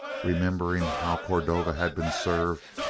remembering how cordova had been served,